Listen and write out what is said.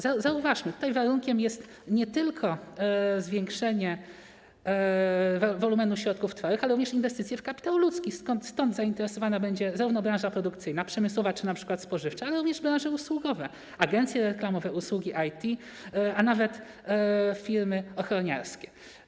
Zauważmy: tutaj warunkiem jest nie tylko zwiększenie wolumenu środków trwałych, ale również inwestycje w kapitał ludzki, stąd zainteresowane będą zarówno branże produkcyjna, przemysłowa czy np. spożywcza, jak i branże usługowe, agencje reklamowe, usługi IT, a nawet firmy ochroniarskie.